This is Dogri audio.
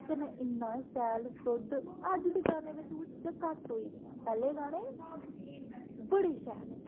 कन्नै शैल सोद्ध अज्ज दे गाने बिच्च ओह् चीजां घट्ट होई गेदियां पैहले गाने बड़े शैल हे